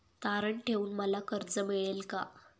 तारण ठेवून मला कर्ज मिळेल का?